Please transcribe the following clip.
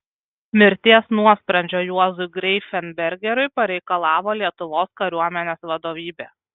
mirties nuosprendžio juozui greifenbergeriui pareikalavo lietuvos kariuomenės vadovybė